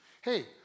Hey